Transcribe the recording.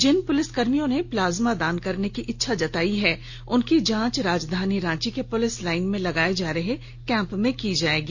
जिन पुलिसकर्मियों ने प्लाज्मा दान करने की इच्छा जताई है उनकी जांच राजधानी रांची के पुलिस लाइन में लगाए जा रहे कैंप में की जाएगी